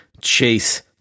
Chase